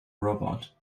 robot